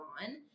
on